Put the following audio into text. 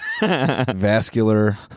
vascular